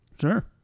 Sure